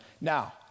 Now